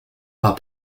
pas